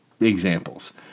examples